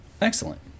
Excellent